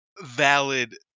valid